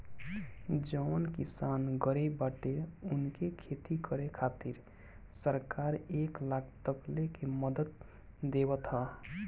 जवन किसान गरीब बाटे उनके खेती करे खातिर सरकार एक लाख तकले के मदद देवत ह